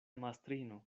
mastrino